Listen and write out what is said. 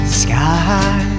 sky